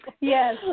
yes